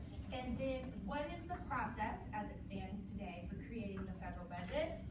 and then what is the process as it stands today for creating the federal budget?